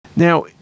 Now